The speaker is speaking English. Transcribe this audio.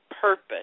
Purpose